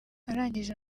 arangije